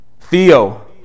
Theo